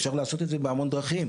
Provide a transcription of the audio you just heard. אפשר לעשות את זה בהמון דרכים,